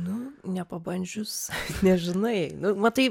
nu nepabandžius nežinai nu matai